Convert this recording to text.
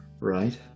right